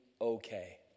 okay